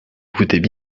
foutaient